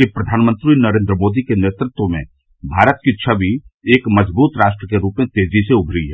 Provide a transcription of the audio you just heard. कि प्रधानमंत्री नरेन्द्र मोदी के नेतृत्व में भारत की छवि एक मजबूत राष्ट्र के रूप में तेजी से उमरी है